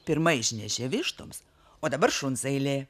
pirma išnešė vištoms o dabar šuns eilė